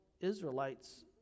Israelites